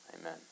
amen